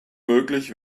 möglich